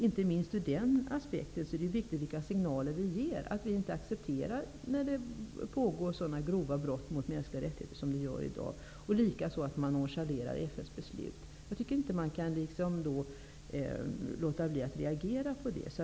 Inte minst ur denna aspekt är det viktigt vilka signaler vi ger, att vi inte accepterar att det pågår sådana grova brott mot de mänskliga rättigheterna som det gör i dag och likaså att man nonchalerar Jag tycker inte att man kan låta bli att reagera på detta.